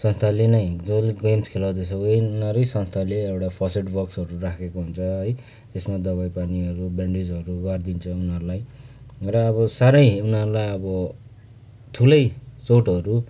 संस्थाले नै जसले गेम्स खेलाउँदैछ वहीँनिर संस्थाले एउटा फर्स्ट एड बक्सहरू राखेको हुन्छ है त्यसमा दबाई पानीहरू बेन्डएजहरू गरिदिन्छ उनीहरूलाई र अब साह्रै उनीहरूलाई अब ठुलै चोटहरू